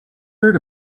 heard